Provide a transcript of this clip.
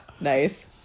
Nice